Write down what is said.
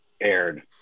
aired